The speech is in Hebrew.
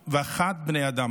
361 בני אדם.